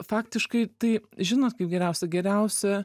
faktiškai tai žinot kaip geriausia geriausia